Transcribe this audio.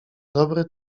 dobry